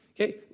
Okay